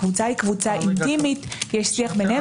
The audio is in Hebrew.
הקבוצה היא אינטימית, יש שיח ביניהם.